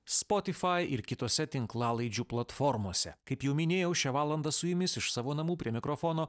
spotify ir kitose tinklalaidžių platformose kaip jau minėjau šią valandą su jumis iš savo namų prie mikrofono